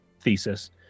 thesis